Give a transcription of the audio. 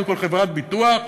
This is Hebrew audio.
קודם כול חברת ביטוח,